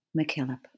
McKillop